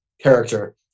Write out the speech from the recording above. character